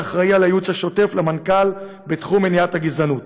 אחראי על הייעוץ השוטף למנכ"ל בתחום מניעת הגזענות.